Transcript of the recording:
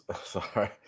sorry